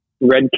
Red